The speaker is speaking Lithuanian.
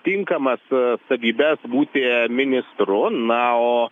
tinkamas savybes būti ministru na o